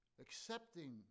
Accepting